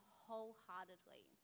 wholeheartedly